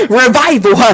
revival